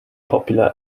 popular